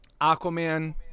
Aquaman